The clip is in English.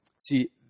See